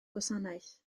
gwasanaeth